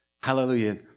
Hallelujah